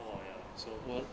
oh ya so